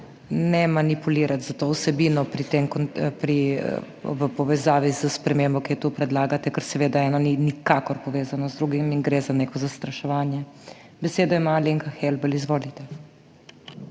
ne manipulirati s to vsebino v povezavi s spremembo, ki jo tu predlagate, ker seveda eno ni nikakor povezano z drugim in gre za neko zastraševanje. Besedo ima Alenka Helbl. Izvolite.